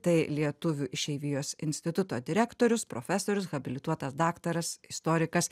tai lietuvių išeivijos instituto direktorius profesorius habilituotas daktaras istorikas